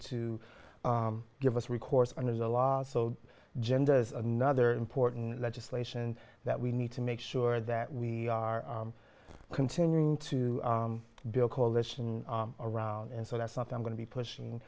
to give us recourse under the law so gender is another important legislation that we need to make sure that we are continuing to build coalitions around and so that's something i'm going to be pushing